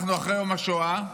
אנחנו אחרי יום השואה.